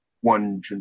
one